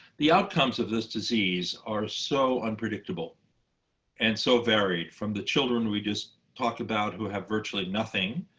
the outcomes of this disease are so unpredictable and so varied, from the children we just talked about, who have virtually nothing,